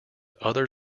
other